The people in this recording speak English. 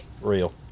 Real